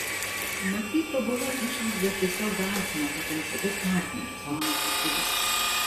matyt tobula išvaizda tiesiog gąsdina potencialius partnerius mano specialistai